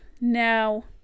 Now